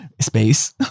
space